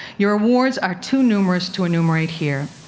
your awards are too numerous to enumerate here,